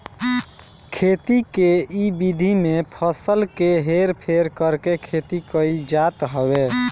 खेती के इ विधि में फसल के हेर फेर करके खेती कईल जात हवे